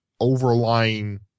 overlying